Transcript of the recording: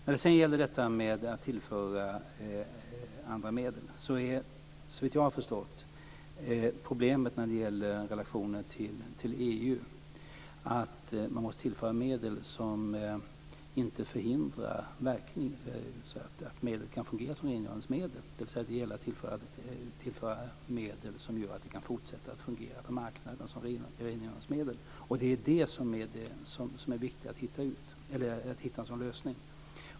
Såvitt jag har förstått finns det ett problem i relationen till EU när det gäller att tillföra andra medel. Man måste nämligen tillföra medel som inte förhindrar att medlet kan fungera som rengöringsmedel, dvs. det gäller att tillföra medel som gör att det kan fortsätta att fungera på marknaden som rengöringsmedel. Det är viktigt att hitta en sådan lösning.